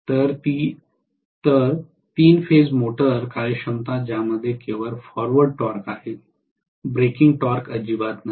तर तीन phase motor कार्यक्षमता ज्यामध्ये केवळ फॉरवर्ड टॉर्क आहे ब्रेकिंग टॉर्क अजिबात नाही